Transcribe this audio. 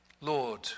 Lord